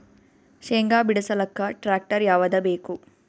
ಶೇಂಗಾ ಬಿಡಸಲಕ್ಕ ಟ್ಟ್ರ್ಯಾಕ್ಟರ್ ಯಾವದ ಬೇಕು?